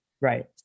Right